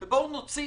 בואו נוציא